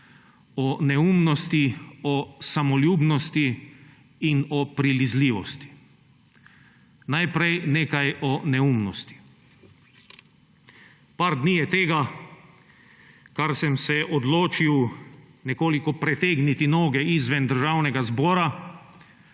o neumnosti, o samoljubnosti in o prilizljivosti. Najprej nekaj o neumnosti. Nekaj dni je od tega, kar sem se odločil nekoliko pretegniti noge izven Državnega zbora.